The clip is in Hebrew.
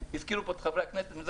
הזכירו פה את חברי הכנסת ואני רוצה